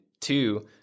two